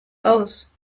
aus